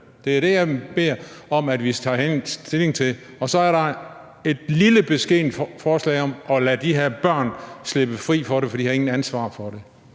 Det er det, jeg beder om at vi tager stilling til. Og så er der et lille, beskedent forslag om at lade de her børn slippe fri for det, for de har ingen ansvar for det.